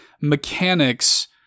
mechanics